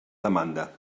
demanda